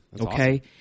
Okay